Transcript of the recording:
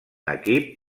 equip